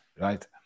right